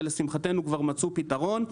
ולשמחתנו כבר מצאו פתרון.